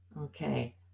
Okay